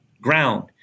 ground